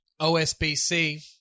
OSBC